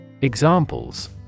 Examples